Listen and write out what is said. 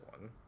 one